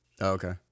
Okay